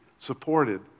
supported